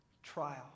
Trial